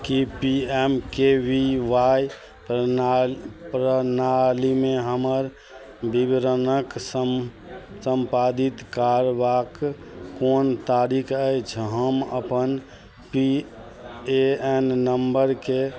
कि P M K V Y प्रणा प्रणालीमे हमर विवरणके सम सम्पादित करबाक कोन तारिख अछि हम अपन पी ए एन नम्बरकेँ